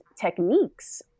techniques